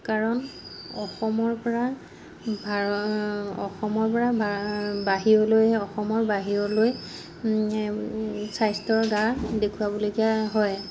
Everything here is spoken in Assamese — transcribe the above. কাৰণ অসমৰ পৰা ভাৰত অসমৰ পৰা বাহিৰলৈ অসমৰ বাহিৰলৈ স্বাস্থ্যৰ গা দেখুৱাবলগীয়া হয়